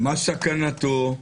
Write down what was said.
מה סכנתו,